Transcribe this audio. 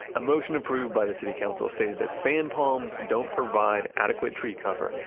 a motion approved by the city council stated that fan palms don't provide adequate tree cover.